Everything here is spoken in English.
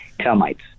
termites